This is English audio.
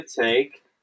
take